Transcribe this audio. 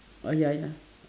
orh ya ya